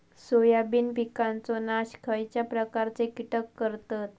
Soybean पिकांचो नाश खयच्या प्रकारचे कीटक करतत?